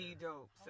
dope